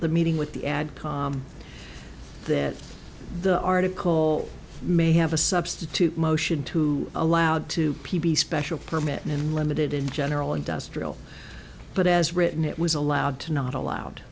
the meeting with the ad that the article may have a substitute motion to allow to p b special permit and limited in general industrial but as written it was allowed to not allowed